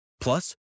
Plus